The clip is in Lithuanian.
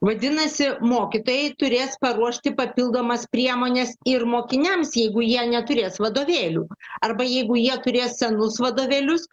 vadinasi mokytojai turės paruošti papildomas priemones ir mokiniams jeigu jie neturės vadovėlių arba jeigu jie turės senus vadovėlius